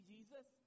Jesus